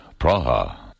Praha